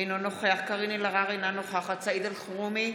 אינו נוכח קארין אלהרר, אינה נוכחת סעיד אלחרומי,